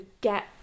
get